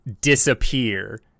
disappear